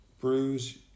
bruise